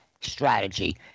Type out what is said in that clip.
strategy